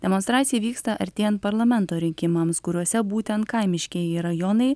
demonstracija vyksta artėjant parlamento rinkimams kuriuose būtent kaimiškieji rajonai